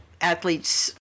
athletes